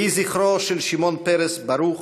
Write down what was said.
יהי זכרו של שמעון פרס ברוך,